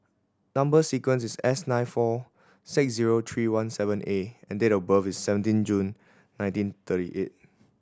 number sequence is S nine four six zero three one seven A and date of birth is seventeen June nineteen thirty eight